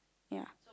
ya